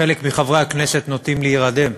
חלק מחברי הכנסת נוטים להירדם,